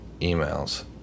emails